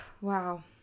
wow